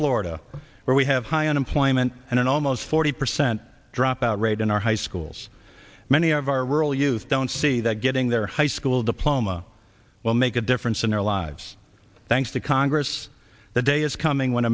florida where we have high unemployment and an almost forty percent dropout rate in our high schools many of our rural youth don't see that getting their high school diploma will make a difference in their lives thanks to congress the day is coming when